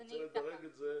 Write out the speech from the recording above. אני רוצה לדרג את זה,